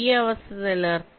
ഈ അവസ്ഥ നിലനിർത്തുന്നു